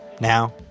Now